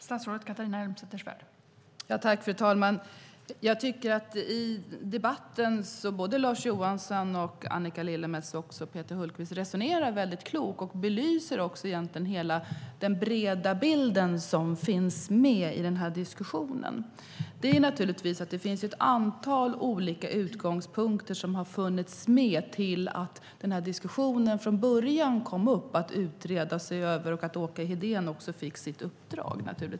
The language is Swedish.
Fru talman! Jag tycker att såväl Lars Johansson och Annika Lillemets som Peter Hultqvist resonerar på ett klokt sätt och egentligen belyser hela den breda bild som finns med i den här diskussionen. Här finns naturligtvis ett antal olika utgångspunkter, och de har funnits med från början när diskussionen om att utreda kom upp och Åke Hedén därmed fick sitt uppdrag.